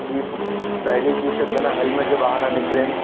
कि पहिरीं चीज त बिना हेलमेट जे ॿाहिरि न निकिरेनि